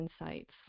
insights